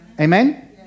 Amen